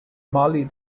molly